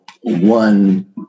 one